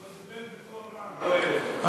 הוא דיבר בקול רם, לא אליך.